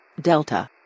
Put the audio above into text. Delta